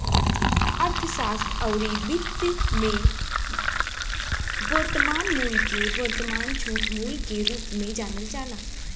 अर्थशास्त्र अउरी वित्त में वर्तमान मूल्य के वर्तमान छूट मूल्य के रूप में जानल जाला